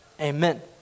Amen